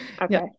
okay